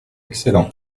excellent